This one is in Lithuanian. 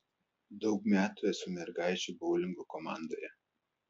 daug metų esu mergaičių boulingo komandoje